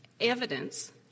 evidence